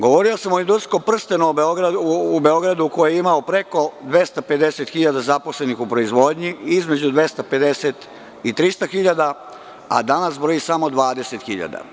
Govorio sam o industrijskom prstenu u Beogradu koji je imao preko 250 hiljada zaposlenih u proizvodnji, između 250 i 300 hiljada, a danas broji samo 20 hiljada.